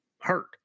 hurt